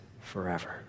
forever